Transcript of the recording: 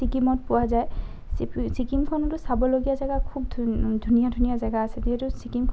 ছিকিমত পোৱা যায় ছিকি ছিকিমখনতো চাবলগীয়া জেগা খুব ধু ধুনীয়া ধুনীয়া জেগা আছে যিহেতু ছিকিমখন